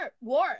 war